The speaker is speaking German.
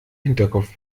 hinterkopf